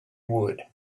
would